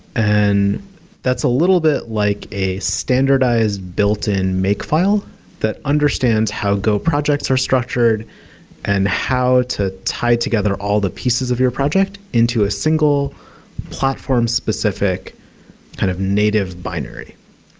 and that's a little bit like a standardize built-in make file that understands how go projects are structured and how to tie together all the pieces of your project into a single platform specific kind of native binary.